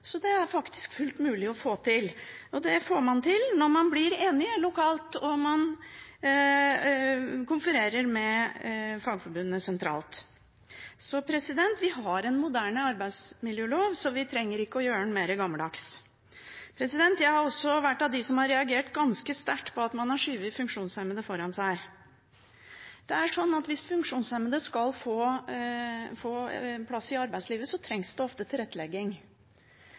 Så det er faktisk fullt mulig å få til. Man får det til når man blir enige lokalt og konfererer med fagforbundene sentralt. Så vi har en moderne arbeidsmiljølov, og vi trenger ikke å gjøre den mer gammeldags. Jeg har også vært av dem som har reagert ganske sterkt på at man har skjøvet funksjonshemmede foran seg. Hvis funksjonshemmede skal få plass i arbeidslivet, trengs det ofte tilrettelegging.